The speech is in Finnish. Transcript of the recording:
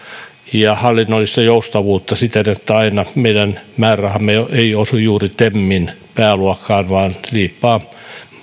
ja hallinnollista joustavuutta siten että aina meidän määrärahamme eivät osu juuri temin pääluokkaan vaan liippaavat